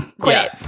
Quit